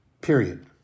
Period